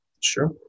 Sure